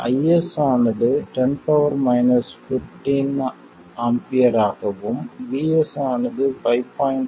IS ஆனது 10 15 A ஆகவும் VS ஆனது 5